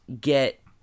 get